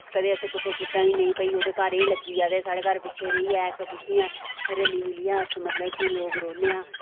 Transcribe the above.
कदें असें कुसै कीता ई नेईं भई उदे घर एह् लग्गिया ते साढ़ा घर पिच्छें रेहिया ऐसा कुछ नेईं ऐ रली मिलियै अस मतलब की लोक रौह्नेआं